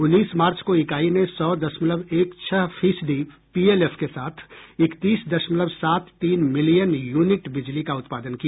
उन्नीस मार्च को इकाई ने सौ दशमलव एक छह फीसदी पीएलएफ के साथ इकतीस दशमलव सात तीन मिलियन यूनिट बिजली का उत्पादन किया